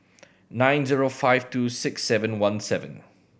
nine zero five two six seven one seven